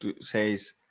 says